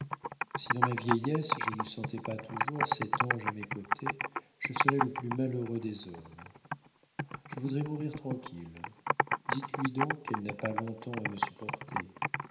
si dans ma vieillesse je ne sentais pas toujours cet ange à mes côtés je serais le plus malheureux des hommes je voudrais mourir tranquille dites-lui donc qu'elle n'a pas long-temps à me supporter